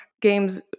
games